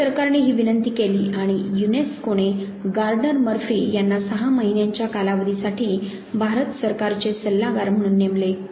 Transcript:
भारत सरकारने ही विनंती केली आणि युनेस्कोने गार्डनर मर्फी यांना 6 महिन्यांच्या कालावधी साठी भारत सरकारचे सल्लागार म्हणून नेमले